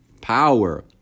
power